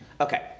Okay